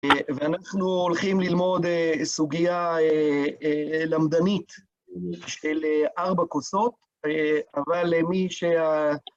ואנחנו הולכים ללמוד סוגיה למדנית של ארבע כוסות, אבל מי שה...